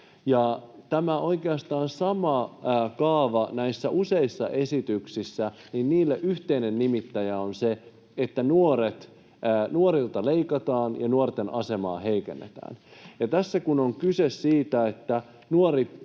Oikeastaan näissä useissa esityksissä on sama kaava, ja niille yhteinen nimittäjä on se, että nuorilta leikataan ja nuorten asemaa heikennetään. Ja tässä kun on kyse siitä, että se,